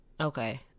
Okay